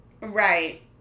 Right